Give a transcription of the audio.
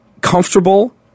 comfortable